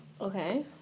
Okay